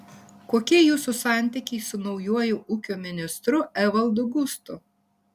kokie jūsų santykiai su naujuoju ūkio ministru evaldu gustu